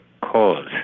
cause